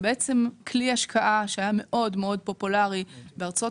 זה בעצם כלי השקעה שהיה מאוד פופולארי בארצות